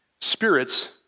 spirits